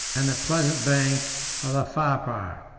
and the pleasant banks of the pharpar.